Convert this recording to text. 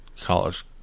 college